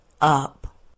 up